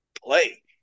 play